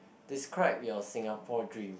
describe your Singapore dream